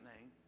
name